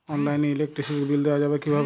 অনলাইনে ইলেকট্রিসিটির বিল দেওয়া যাবে কিভাবে?